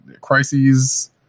crises